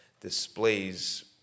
displays